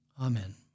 Amen